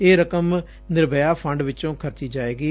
ਇਹ ਰਕਮ ਨਿਰਭੈਆ ਫੰਡ ਵਿਚੋ ਖਰਚੀ ਜਾਏਗੀ